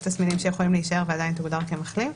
יש תסמינים שיכולים להישאר ועדיין תוגדר כמחלים.